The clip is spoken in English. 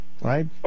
Right